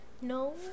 No